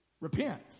Repent